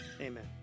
amen